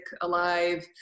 alive